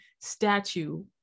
statue